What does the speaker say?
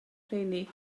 rheini